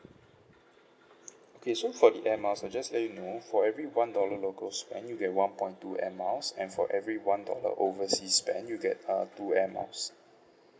okay so for the air miles just to let you know for every one dollar local spend you get one point two air miles and for every one dollar overseas spend you get uh two air miles